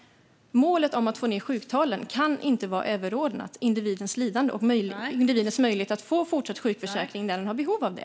Målet att få ned sjuktalen kan inte vara överordnat individens lidande och möjlighet att få fortsatt sjukförsäkring när man har behov av det.